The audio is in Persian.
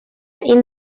این